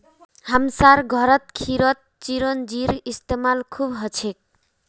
हमसार घरत खीरत चिरौंजीर इस्तेमाल खूब हछेक